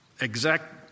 exact